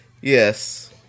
Yes